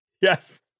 Yes